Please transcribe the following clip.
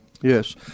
Yes